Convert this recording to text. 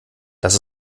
das